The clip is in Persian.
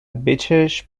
بچش